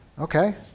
Okay